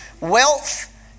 Wealth